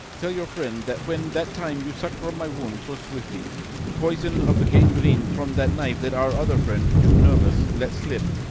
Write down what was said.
tell your friend that when that time you suck from my wound so swiftly the poison of the gangrene from that knife that our other friend, too nervous, let slip,